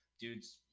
Dude's